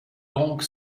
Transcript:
donc